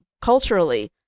culturally